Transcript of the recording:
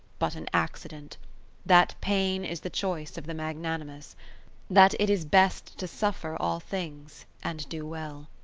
but an accident that pain is the choice of the magnanimous that it is best to suffer all things and do well.